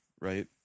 right